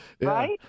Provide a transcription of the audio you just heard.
Right